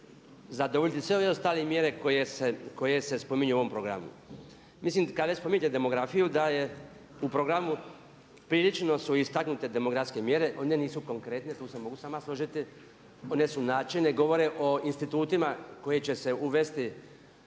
zadovoljiti sve ove ostale mjere koje se spominju u ovom programu. Mislim kad već spominjete demografiju da u programu prilično su istaknute demografske mjere, one nisu konkretne tu se mogu s vama složiti, one su načelne i govore i o institutima koji će se uvesti